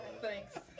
Thanks